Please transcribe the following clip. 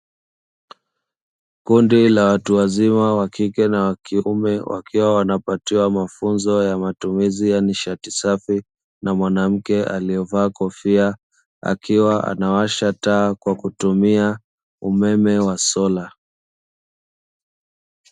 Kundi la watu wazima, wa kike na wa kiume, wakiwa wanapatiwa mafunzo ya matumizi ya nishati safi na mwanamke aliovaa kofia akiwa anawasha taa kwa kutumia umeme wa sola.